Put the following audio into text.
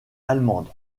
allemande